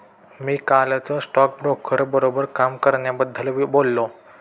मी कालच स्टॉकब्रोकर बरोबर काम करण्याबद्दल बोललो